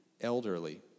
elderly